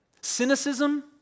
Cynicism